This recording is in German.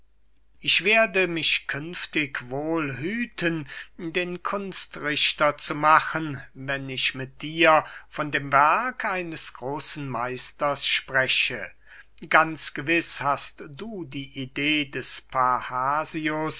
ich werde mich künftig wohl hüten den kunstrichter zu machen wenn ich mit dir von dem werk eines großen meisters spreche ganz gewiß hast du die idee des